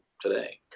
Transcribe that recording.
today